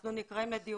אנחנו נקראים לדיונים